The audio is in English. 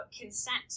consent